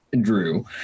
drew